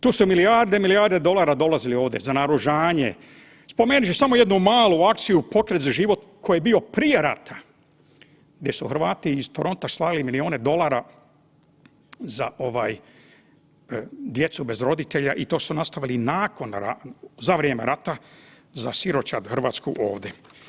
Tu su milijarde i milijarde dolara dolazile ovdje za naoružanje, spomenut ću samo jednu malu akciju „Pokret za život“ koji je bio prije rata, gdje su Hrvati iz Toronta slali milijune dolara za djecu bez roditelja i to su nastavili i nakon, za vrijeme rata za siročad hrvatsku ovdje.